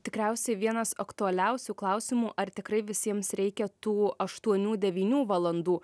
tikriausiai vienas aktualiausių klausimų ar tikrai visiems reikia tų aštuonių devynių valandų